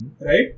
right